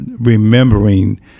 remembering